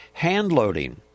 handloading